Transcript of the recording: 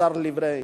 השר וילנאי.